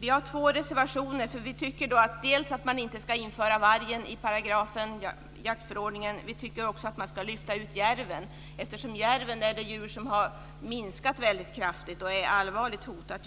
Vi har två reservationer. Vi tycker inte att 28 § i jaktförordningen ska omfatta vargen. Vi tycker också att man ska lyfta ut järven, eftersom det är ett djur som har minskat väldigt kraftigt i antal och just nu är allvarligt hotat.